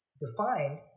defined